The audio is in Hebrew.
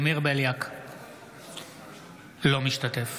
אינו משתתף